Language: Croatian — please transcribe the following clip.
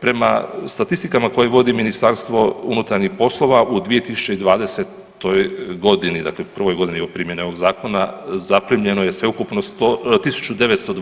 Prema statistikama koje vodi Ministarstvo unutarnjih poslova u 2020. g. dakle prvoj godini primjene ovog Zakona, zaprimljeno je sveukupno 100, 1